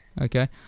Okay